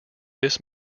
this